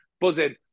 buzzing